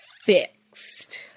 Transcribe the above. fixed